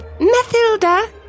Mathilda